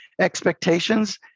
expectations